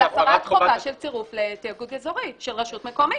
של הפרת חובה של צירוף לתיאגוד אזורי של רשות מקומית.